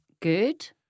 Good